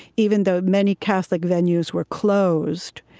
even though many catholic venues were closed,